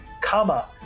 comma